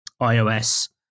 iOS